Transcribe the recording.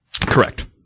Correct